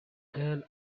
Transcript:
girl